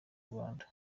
rwanda